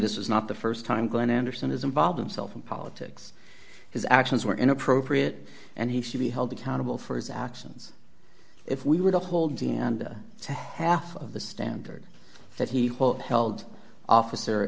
this is not the st time going anderson has involved himself in politics his actions were inappropriate and he should be held accountable for his actions if we were to hold and to half of the standard that he hoped held officer